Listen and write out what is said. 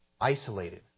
Isolated